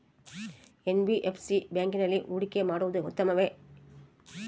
NBFC ಬ್ಯಾಂಕಿನಲ್ಲಿ ಹೂಡಿಕೆ ಮಾಡುವುದು ಉತ್ತಮವೆ?